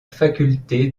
faculté